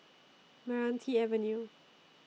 Meranti Avenue